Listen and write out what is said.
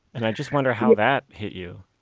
and i just wonder how that hit you.